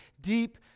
deep